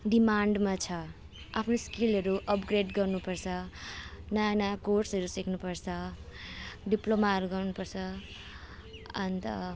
डिमान्डमा छ आफ्नो स्किलहरू अपग्रेड गर्नुपर्छ नाना कोर्सहरू सिक्नुपर्छ डिप्लोमाहरू गर्नुपर्छ अन्त